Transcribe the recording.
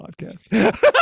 podcast